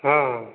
हाँ